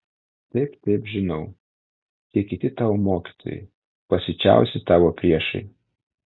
taip taip žinau tie kiti tavo mokytojai pasiučiausi tavo priešai